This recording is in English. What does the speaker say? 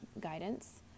guidance